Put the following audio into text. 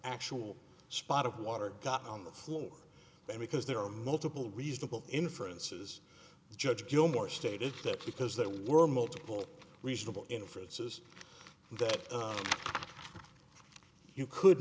actual spot of water got on the floor because there are multiple reasonable inferences the judge gilmore stated that because there were multiple reasonable inferences that you could